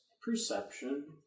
Perception